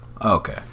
okay